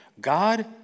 God